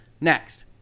next